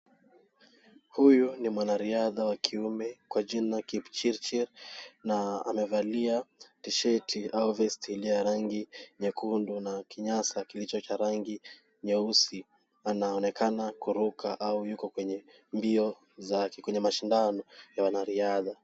Huyu ni mwanariadha wa kiume kwa jina Kipchirchir, na amevalia T-sheti au vesti ya rangi nyekundu na kinyasa kilicho cha rangi nyeusi. Anaonekana kuruka au yuko kwenye mbio zake kwenye mashindano ya wanariadha.